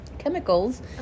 Chemicals